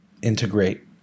integrate